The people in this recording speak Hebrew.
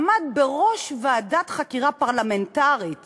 עמד בראש ועדת חקירה פרלמנטרית